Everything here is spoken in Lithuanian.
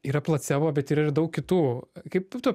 yra placebo bet yra ir daug kitų kaip tu